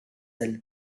del